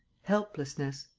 helplessness.